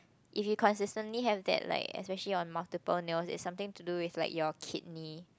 if you consistently have that like especially on multiple nails it's something to do with like your kidney